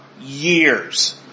years